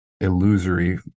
illusory